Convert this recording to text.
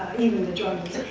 even the jones.